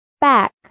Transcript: Back